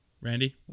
Randy